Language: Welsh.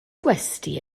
gwesty